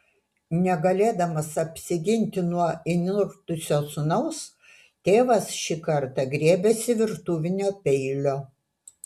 negalėdamas apsiginti nuo įnirtusio sūnaus tėvas šį kartą griebėsi virtuvinio peilio